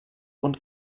und